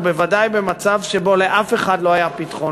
ובוודאי במצב שבו לאף אחד לא היה פתחון-פה.